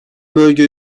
bölge